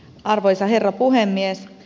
arvoisa herra puhemies